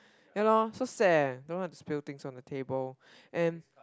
ya loh so sad don't know how to spill things on the table and